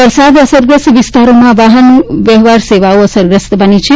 વરસાદ અસરગ્રસ્ત વિસ્તારોમાં વાહન વ્યવહાર સેવાઓ અસરગ્રસ્ત બની છે